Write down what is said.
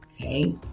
Okay